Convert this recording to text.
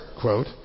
quote